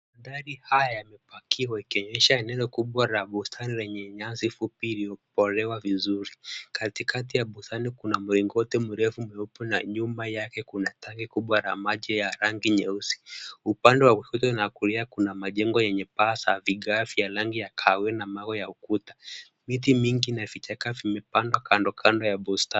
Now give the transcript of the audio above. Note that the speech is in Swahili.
Magari haya yamepakiwa yakionyesha eneo kubwa la lenye bustani yenye nyasi fupi iliyopolewa vizuri. Katikati ya bustani kuna mlingoti mrefu mweupe na nyuma yake kuna tanki kubwa la maji ya rangi nyeusi. Upande wa kushoto na kulia kuna majengo yenye paa za vigae vya rangi ya kahawia na ukuta wa mawe. Miti nyingi na vichaka vimepandwa kando kando ya bustani.